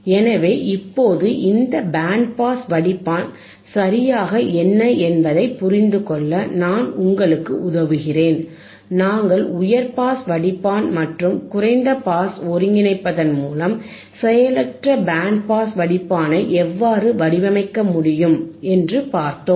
எனவே இப்போது இந்த பேண்ட் பாஸ் வடிப்பான் சரியாக என்ன என்பதைப் புரிந்துகொள்ள நான் உங்களுக்கு உதவுகிறேன் நாங்கள் உயர் பாஸ் வடிப்பான் மற்றும் குறைந்த பாஸை ஒருங்கிணைப்பதன் மூலம் செயலற்ற பேண்ட் பாஸ் வடிப்பானை எவ்வாறு வடிவமைக்க முடியும் என்று பார்த்தோம்